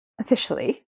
officially